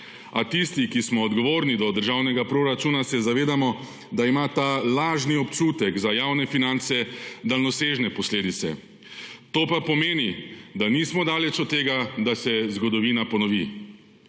a tisti, ki smo odgovorni do državnega proračuna, se zavedamo, da ima ta lažni občutek za javne finance daljnosežne posledice. To pa pomeni, da nismo daleč od tega, da se zgodovina ponovi.